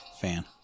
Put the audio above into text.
fan